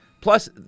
Plus